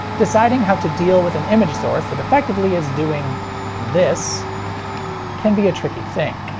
deciding how to deal with an image source that effectively is doing this can be a tricky thing.